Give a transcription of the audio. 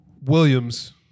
williams